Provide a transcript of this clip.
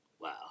Wow